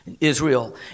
Israel